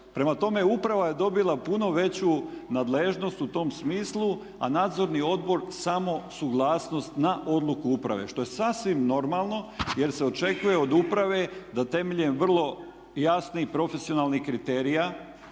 Prema tome, uprava je dobila puno veću nadležnost u tom smislu, a Nadzorni odbor samo suglasnost na odluku uprave što je sasvim normalno jer se očekuje od uprave da temeljem vrlo jasnih i profesionalnih kriterija